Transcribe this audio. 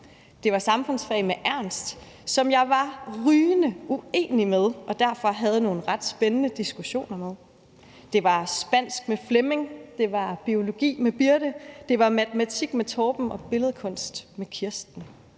Det var samfundsfag med Ernst, som jeg var rygende uenig med og derfor havde nogle ret spændende diskussioner med. Det var spansk med Flemming, det var biologi med Birthe, det var matematik med Torben og billedkunst med Kirsten.